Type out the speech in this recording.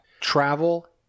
Travel